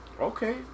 Okay